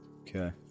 Okay